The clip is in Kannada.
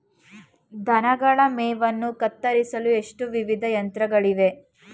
ದನಗಳ ಮೇವನ್ನು ಕತ್ತರಿಸಲು ಎಷ್ಟು ವಿಧದ ಯಂತ್ರಗಳಿವೆ?